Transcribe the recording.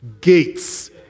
gates